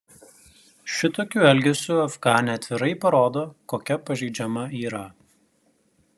šitokiu elgesiu afganė atvirai parodo kokia pažeidžiama yra